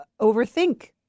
overthink